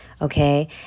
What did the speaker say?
okay